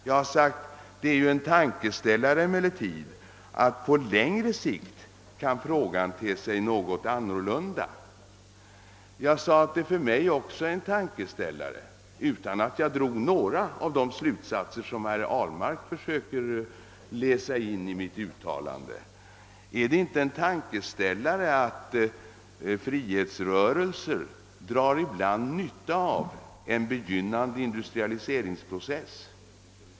Jag har vidare sagt att frågan på längre sikt kan te sig annorlunda och att det ju är en tankeställare, men jag har inte därav dragit några sådana slutsatser som herr Ahlmark försöker läsa in i mitt uttalande. Är det inte en tankeställare att frihetsrörelser ibland drar nytta av en begynnande industrialiseringsprocess?